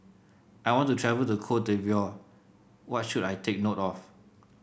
I want to travel to Cote d'Ivoire What should I take note of